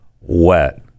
wet